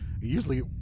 Usually